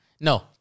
no